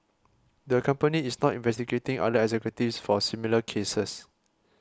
the company is not investigating other executives for similar cases